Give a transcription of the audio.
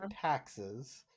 taxes